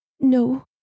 no